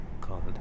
called